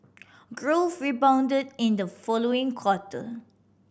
growth rebounded in the following quarter